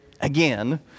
again